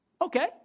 Okay